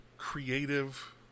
creative